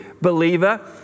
believer